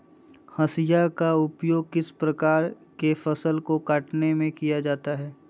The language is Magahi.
हाशिया का उपयोग किस प्रकार के फसल को कटने में किया जाता है?